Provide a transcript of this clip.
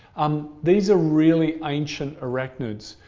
um these are really ancient arachnids.